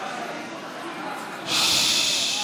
ששש.